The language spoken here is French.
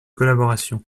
collaboration